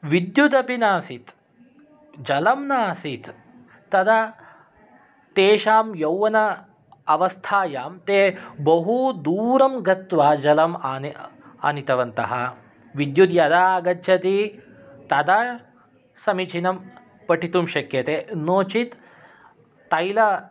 विद्युदपि नासीत् जलं नासीत् तदा तेषां यौवन अवस्थायां ते बहु दूरं गत्वा जलम् आनीतवन्तः विद्युत् यदा आगच्छति तदा समीचीनं पठितुं शक्यते नो चित् तैल